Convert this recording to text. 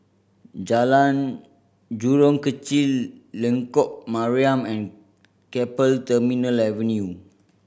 Jalan Jurong Kechil Lengkok Mariam and Keppel Terminal Avenue